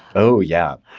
oh yeah.